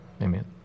amen